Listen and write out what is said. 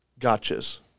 gotchas